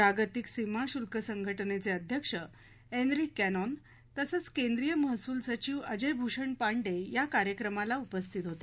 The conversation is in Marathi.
जागतिक सीमा शुल्क संघटनेचे अध्यक्ष एनरिक कॅनॉन तसंच केद्रीय महसूल सचिव अजय भूषण पांडे या कार्यक्रमाला उपस्थित होते